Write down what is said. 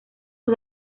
los